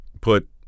put